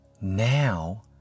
now